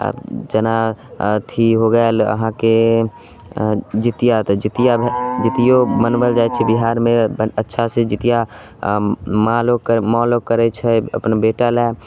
आ जेना अथी हो गेल अहाँके जितिआ तऽ जितिआ जितियो मनाओल जाइत छै बिहारमे बहुत अच्छा से जितिआमे लोकके माँ लोक करैत छै अपन बेटा लै